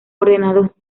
ordenados